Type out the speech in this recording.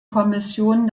kommission